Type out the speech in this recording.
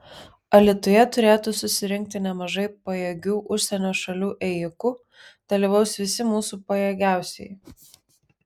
alytuje turėtų susirinkti nemažai pajėgių užsienio šalių ėjikų dalyvaus visi mūsų pajėgiausieji